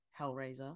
Hellraiser